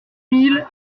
mille